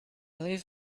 leave